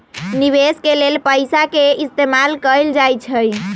निवेश के लेल पैसा के इस्तमाल कएल जाई छई